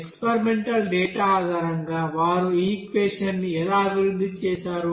experimental data ఆధారంగా వారు ఈ ఈక్వెషన్ ని ఎలా అభివృద్ధి చేశారు